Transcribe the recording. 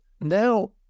now